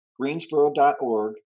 greensboro.org